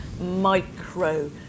micro